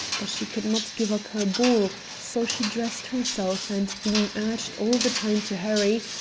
but she could not give up her ball so she dressed herself, and, being urged all the time to hurry,